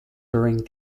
during